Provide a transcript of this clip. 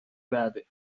بعده